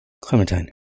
Clementine